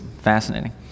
fascinating